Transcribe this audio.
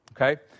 okay